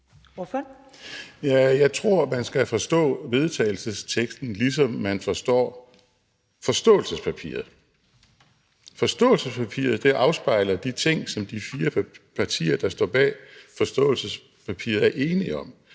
(LA): Jeg tror, man skal forstå vedtagelsesteksten, ligesom man forstår forståelsespapiret. Forståelsespapiret afspejler de ting, som de fire partier, der står bag forståelsespapiret, er enige om.